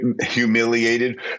humiliated